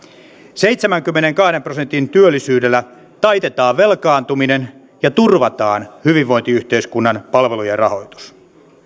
seitsemänkymmenenkahden prosentin työllisyydellä taitetaan velkaantuminen ja turvataan hyvinvointiyhteiskunnan palvelujen rahoitus